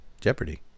Jeopardy